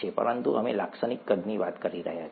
પરંતુ અમે લાક્ષણિક કદની વાત કરી રહ્યા છીએ